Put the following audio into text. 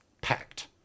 Packed